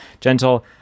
gentle